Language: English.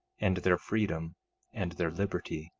and their freedom and their liberty.